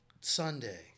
Sunday